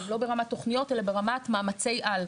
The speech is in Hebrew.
לא ברמת תוכניות אלא ברמת מאמצי על.